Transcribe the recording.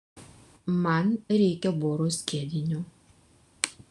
man reikia boro skiedinio